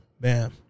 Bam